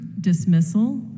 dismissal